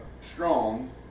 strong